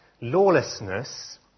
lawlessness